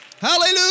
Hallelujah